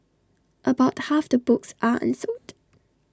about half the books are unsold